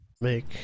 Make